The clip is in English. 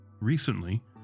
Recently